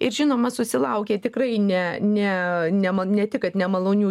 ir žinoma susilaukė tikrai ne ne ne ne tik kad nemalonių